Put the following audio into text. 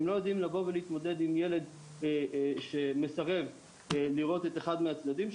הם לא יודעים להתמודד עם ילד שמסרב לראות את אחד מהוריו.